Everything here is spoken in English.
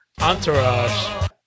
Entourage